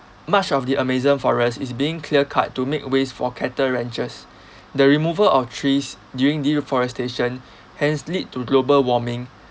much of the amazon forest is being clear cut to make ways for cattle ranches the removal of trees during deforestation hence lead to global warming